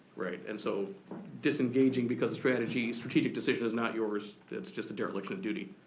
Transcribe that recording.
right, and so disengaging because strategy, strategic decision is not yours, it's just a dereliction of duty.